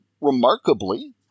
remarkably